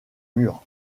mur